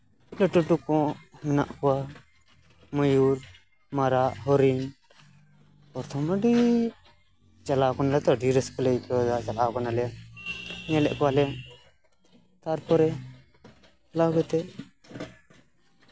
ᱞᱟᱹᱴᱩ ᱞᱟᱹᱴᱩ ᱠᱚᱜ ᱢᱮᱱᱟᱜ ᱠᱚᱣᱟ ᱢᱚᱭᱩᱨ ᱢᱟᱨᱟᱜ ᱦᱚᱨᱤᱱ ᱯᱨᱚᱛᱷᱚᱢ ᱟᱹᱰᱤ ᱪᱟᱞᱟᱣ ᱟᱠᱟᱱᱟ ᱞᱮᱛᱚ ᱟᱹᱰᱤ ᱨᱟᱹᱥᱠᱟᱹᱞᱮ ᱟᱭᱠᱹᱣ ᱮᱫᱟ ᱪᱟᱞᱟᱣ ᱟᱠᱟᱱᱟᱞᱮ ᱧᱮᱞᱮᱫ ᱠᱚᱣᱟᱞᱮ ᱛᱟᱨᱯᱚᱨᱮ ᱪᱟᱞᱟᱣ ᱠᱟᱛᱮᱫ